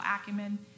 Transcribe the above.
acumen